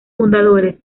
fundadores